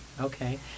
Okay